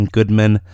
Goodman